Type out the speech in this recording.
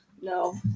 no